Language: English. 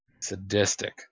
Sadistic